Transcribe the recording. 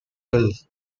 wealth